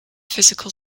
physical